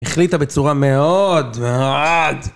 החליטה בצורה מאוד מאוד...